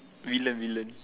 villain villain